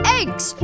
eggs